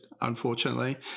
unfortunately